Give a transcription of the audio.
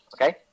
okay